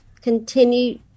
Continue